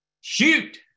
Shoot